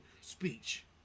speech